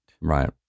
Right